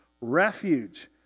refuge